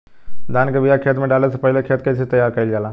धान के बिया खेत में डाले से पहले खेत के कइसे तैयार कइल जाला?